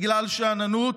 בגלל שאננות,